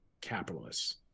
capitalists